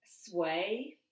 sway